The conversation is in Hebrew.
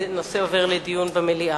הנושא עובר לדיון במליאה.